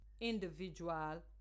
individual